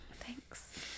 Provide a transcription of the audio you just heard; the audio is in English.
thanks